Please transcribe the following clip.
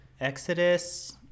Exodus